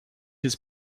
his